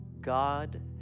God